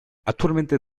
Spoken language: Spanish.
actualmente